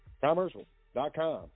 Commercial.com